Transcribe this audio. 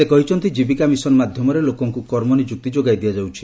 ସେ କହିଛନ୍ତି ଜୀବିକା ମିଶନ ମାଧ୍ଧମରେ ଲୋକଙ୍କୁ କର୍ମନିଯୁକ୍ତି ଯୋଗାଇ ଦିଆଯାଉଛି